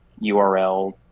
URL